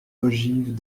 ogives